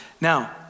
Now